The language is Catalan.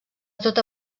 tota